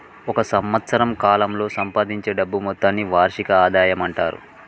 ఒక సంవత్సరం కాలంలో సంపాదించే డబ్బు మొత్తాన్ని వార్షిక ఆదాయం అంటారు